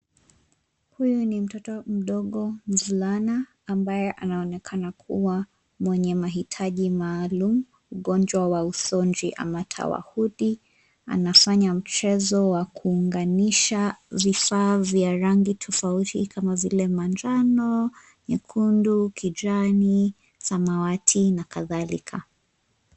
Huyu ni mtoto mdogo mvulana ambaye anaonekana kuwa mwenye mahitaji maalum: ugonjwa wa usonji ama tawahudi. Anafanya mchezo wa kuunganisha vifaa vya rangi tofauti kama vile: manjano, nyekundu, kijani, samawati na kadhalika.